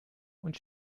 und